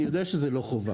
אני יודע שזה לא חובה,